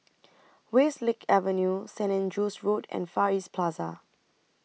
Westlake Avenue Stain Andrew's Road and Far East Plaza